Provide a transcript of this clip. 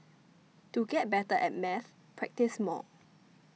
to get better at maths practise more